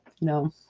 no